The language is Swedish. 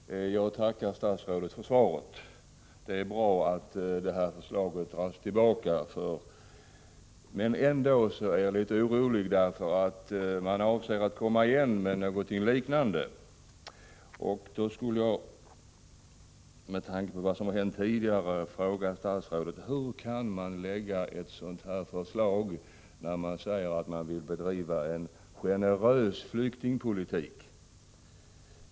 Herr talman! Jag tackar statsrådet för svaret. Det är bra att förslaget dras tillbaka. Ändå är jag litet orolig, därför att man avser att återkomma med något liknande. Då skulle jag, med tanke på vad som har hänt tidigare, vilja fråga statsrådet: Hur kan man lägga fram ett sådant förslag när man säger sig vilja bedriva en generös flyktingpolitik?